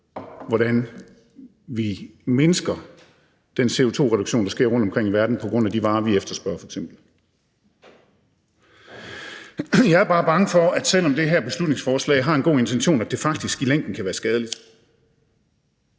hvordan vi mindsker den CO2-udledning, der sker rundtomkring i verden på grund af de varer, vi efterspørger, f.eks. Jeg er bare bange for, selv om det her beslutningsforslag har en god intention, at det faktisk i længden kan være skadeligt,